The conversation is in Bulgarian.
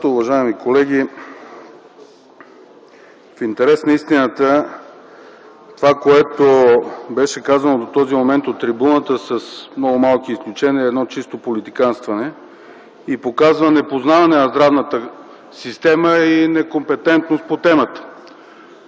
Уважаеми колеги, в интерес на истината това, което беше казано до този момент от трибуната, с много малки изключения е едно чисто политиканстване, показва непознаване на здравната система и некомпетентност по темата.